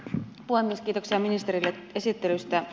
kiitoksia ministerille esittelystä